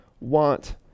want